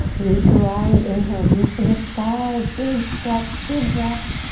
root to rise, inhale, reach for the sky. big stretch, big breath.